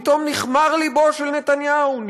פתאום נכמר לבו של נתניהו.